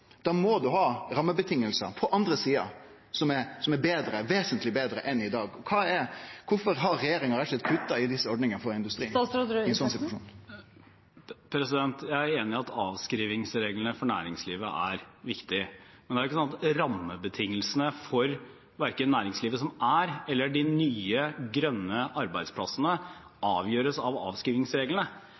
må ein ha rammevilkår på den andre sida som er vesentleg betre enn i dag. Kvifor har regjeringa rett og slett kutta i desse ordningane for industrien i ein slik situasjon? Jeg er enig i at avskrivingsreglene for næringslivet er viktig. Men det er ikke slik at rammebetingelsene for verken næringslivet som er, eller for de nye, grønne arbeidsplassene, avgjøres av avskrivingsreglene.